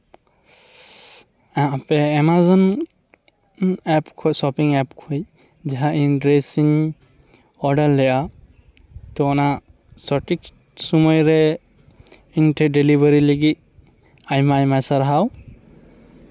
ᱟᱯᱮ Amazon app ᱠᱷᱚᱱ shopping app ᱠᱷᱚᱱ ᱡᱟᱦᱟᱸ ᱤᱧ ᱰᱨᱮᱹᱥ ᱤᱧ ᱚᱰᱟᱨ ᱞᱮᱜᱼᱟ ᱛᱚ ᱚᱱᱟ ᱥᱚᱴᱷᱤᱠ ᱥᱚᱢᱚᱭ ᱨᱮ ᱤᱧ ᱴᱷᱮᱱ ᱰᱮᱞᱤᱵᱷᱟᱨᱤ ᱞᱟᱹᱜᱤᱫ ᱟᱭᱢᱟ ᱟᱭᱢᱟ ᱥᱟᱨᱦᱟᱣ